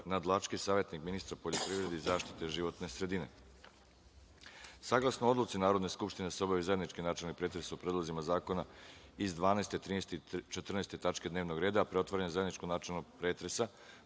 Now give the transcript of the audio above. Nadlački, savetnik ministra poljoprivrede i zaštite životne sredine. Saglasno Odluci Narodne skupštine da se obavi zajednički načelni pretres o predlozima zakona iz tačaka 12, 13. i 14. dnevnog reda, a pre otvaranja zajedničkog načelnog pretresa,